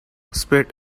spit